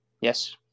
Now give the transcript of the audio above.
yes